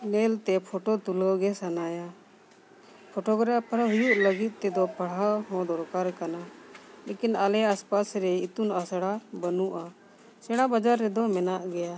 ᱧᱮᱞᱛᱮ ᱯᱷᱚᱴᱳ ᱛᱩᱞᱟᱹᱣ ᱜᱮ ᱥᱟᱱᱟᱭᱮᱭᱟ ᱯᱷᱚᱴᱳᱜᱨᱟᱯᱷᱟᱨ ᱦᱩᱭᱩᱜ ᱞᱟᱹᱜᱤᱫ ᱛᱮᱫᱚ ᱯᱟᱲᱦᱟᱣ ᱦᱚᱸ ᱫᱚᱨᱠᱟᱨ ᱠᱟᱱᱟ ᱞᱮᱠᱤᱱ ᱟᱞᱮ ᱟᱥᱯᱟᱥ ᱨᱮ ᱤᱛᱩᱱ ᱟᱥᱲᱟ ᱵᱟᱹᱱᱩᱜᱼᱟ ᱥᱮᱬᱟ ᱵᱟᱡᱟᱨ ᱨᱮᱫᱚ ᱢᱮᱱᱟᱜ ᱜᱮᱭᱟ